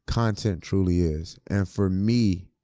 content truly is, and for me,